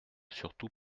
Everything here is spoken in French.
surtout